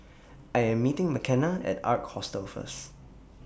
I Am meeting Mckenna At Ark Hostel First